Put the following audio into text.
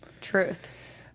Truth